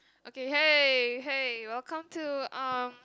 okay hey hey welcome to um